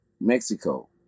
Mexico